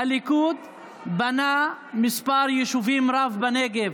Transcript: הליכוד בנה מספר יישובים רב בנגב,